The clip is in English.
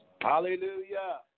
Hallelujah